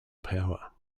power